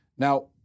Now